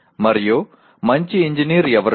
మరియు మంచి ఇంజనీర్ ఎవరు